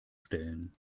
stellen